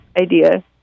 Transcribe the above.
idea